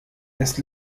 erst